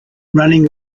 running